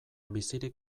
bizirik